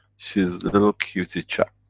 she's a little cutie chap.